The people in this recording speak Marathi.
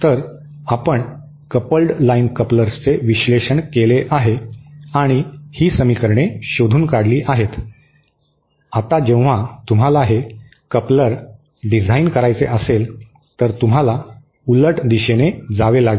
तर आपण कपल्ड लाइन कपलर्सचे विश्लेषण केले आहे आणि ही समीकरणे शोधून काढली आहेत आता जेव्हा तुम्हाला हे कपलर डिझाइन करायचे असेल तर तुम्हाला उलट दिशेने जावे लागेल